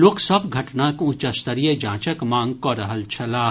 लोक सभ घटनाक उच्च स्तरीय जांचक मांग कऽ रहल छलाह